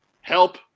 Help